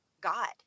God